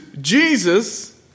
Jesus